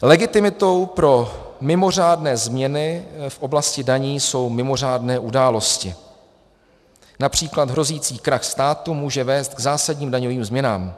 Legitimitou pro mimořádné změny v oblasti daní jsou mimořádné události, např. hrozící krach státu může vést k zásadním daňovým změnám.